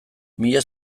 mila